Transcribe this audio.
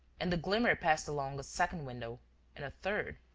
and the glimmer passed along a second window and a third,